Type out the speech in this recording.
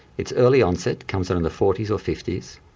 it's early onset comes on in the forty s or fifty s,